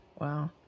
Wow